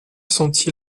sentit